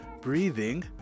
breathing